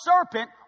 serpent